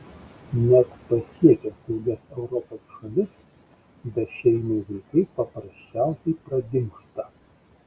net pasiekę saugias europos šalis bešeimiai vaikai paprasčiausiai pradingsta